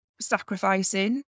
sacrificing